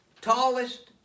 tallest